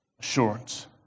Assurance